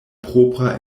propra